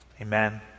Amen